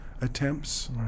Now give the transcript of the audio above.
attempts